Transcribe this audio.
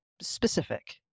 specific